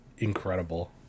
Incredible